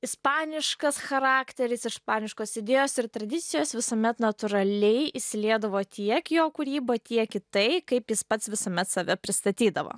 ispaniškas charakteris išpaniškos idėjos ir tradisijos visuomet natūraliai įsiliedavo tiek į jo kūryba tiek į tai kaip jis pats visuomet save pristatydavo